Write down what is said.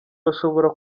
bashobora